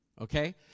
Okay